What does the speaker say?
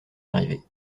arrivée